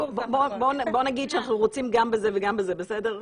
בוא נגיד שאנחנו רוצים גם בזה וגם בזה, בסדר?